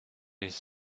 his